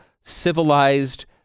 civilized